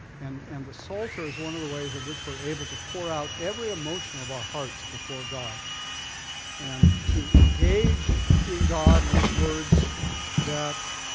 and and the psalter is one of the ways of which we are able to pour out every emotion of our hearts before god and to engage in god with words that